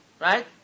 Right